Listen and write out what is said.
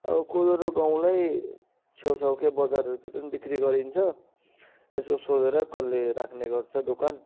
अब कोदो र गहुँलाई छेउछाउकै बजारहरूतिर पनि बिक्री गरिन्छ यसो सोधेर कसले राख्ने गर्छ दोकान